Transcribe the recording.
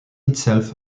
itself